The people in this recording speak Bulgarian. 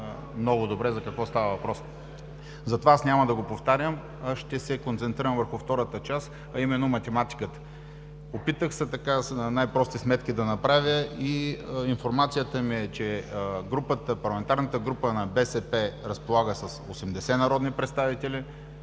много добре за какво става въпрос. Затова аз няма да го повтарям, ще се концентрирам върху втората част, а именно математиката. Опитах се да направя най-прости сметки и информацията ми е, че парламентарната група на „БСП за България“ разполага с 80 народни представители